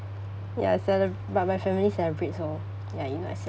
ya celeb~ but my family celebrate so ya you know I celebrate also